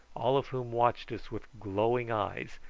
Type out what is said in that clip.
all of whom watched us with glowing eyes,